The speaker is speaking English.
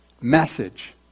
message